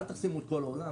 אל תחסמו את כל העולם,